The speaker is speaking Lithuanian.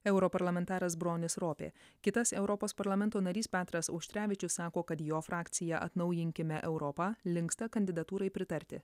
europarlamentaras bronis ropė kitas europos parlamento narys petras auštrevičius sako kad jo frakcija atnaujinkime europą linksta kandidatūrai pritarti